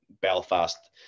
Belfast